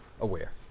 aware